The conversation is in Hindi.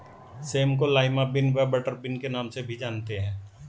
सेम को लाईमा बिन व बटरबिन के नाम से भी जानते हैं